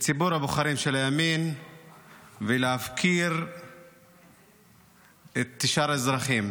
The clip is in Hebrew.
לציבור הבוחרים של הימין ולהפקיר את שאר האזרחים.